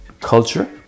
culture